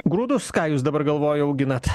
grūdus ką jūs dabar galvoju auginat